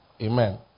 Amen